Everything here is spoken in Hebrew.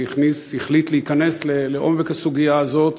שהחליט להיכנס לעומק הסוגיה הזאת.